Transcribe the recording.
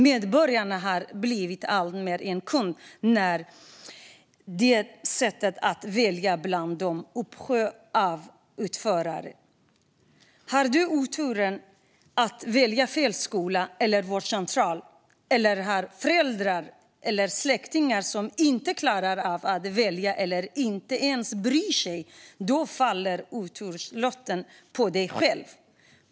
Medborgarna har alltmer blivit kunder som sätts att välja bland en uppsjö av utförare. Har man oturen att välja fel skola eller vårdcentral, eller har föräldrar eller släktingar som inte klarar av att välja eller inte ens bryr sig, då faller oturslotten på en själv.